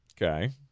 okay